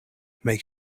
make